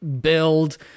build